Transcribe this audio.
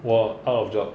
我 out of job